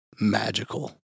magical